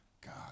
God